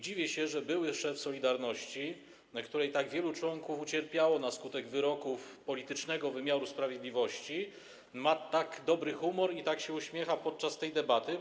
Dziwię się, że były szef „Solidarności”, której tak wielu członków ucierpiało na skutek wyroków politycznego wymiaru sprawiedliwości, ma tak dobry humor i tak się uśmiecha podczas tej debaty.